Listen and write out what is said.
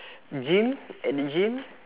gym at the gym